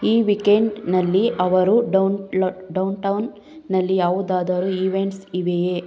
ಈ ವೀಕೆಂಡ್ನಲ್ಲಿ ಅವರು ಡೌನ್ಲೊಟ್ ಡೌನ್ ಟೌನ್ನಲ್ಲಿ ಯಾವುದಾದರೂ ಈವೆಂಟ್ಸ್ ಇವೆಯೇ